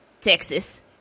Texas